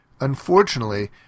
Unfortunately